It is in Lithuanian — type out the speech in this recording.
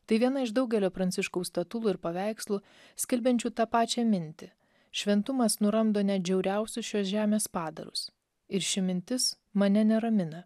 tai viena iš daugelio pranciškaus statulų ir paveikslų skelbiančių tą pačią mintį šventumas nuramdo net žiauriausius šios žemės padarus ir ši mintis mane neramina